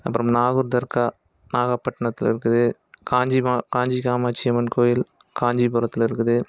அப்புறம் நாகூர் தர்கா நாகப்பட்டினத்தில் இருக்குது காஞ்சி மா காஞ்சி காமாட்சி அம்மன் கோயில் காஞ்சிபுரத்தில் இருக்குது